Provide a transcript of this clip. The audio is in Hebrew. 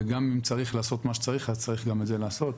וגם אם צריך לעשות מה שצריך אז צריך גם את זה לעשות.